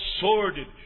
sordid